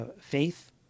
faith